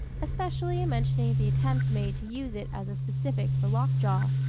especially in mentioning the attempts made to use it as a specific for lockjaw,